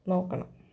നോക്കണം